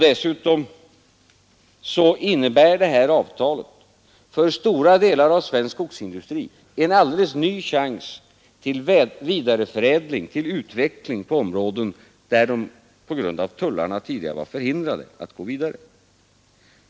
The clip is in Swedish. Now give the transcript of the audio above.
Dessutom innebär detta avtal för stora delar av svensk skogsindustri en alldeles ny chans till vidareförädling och utveckling på områden där den på grund av tullarna tidigare var förhindrad att gå vidare.